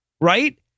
Right